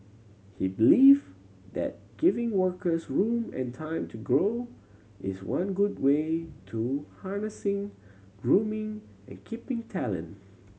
he believe that giving workers room and time to grow is one good way to harnessing grooming and keeping talent